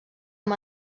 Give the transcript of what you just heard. amb